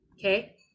okay